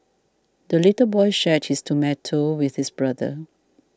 the little boy shared his tomato with his brother